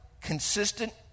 consistent